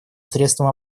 средством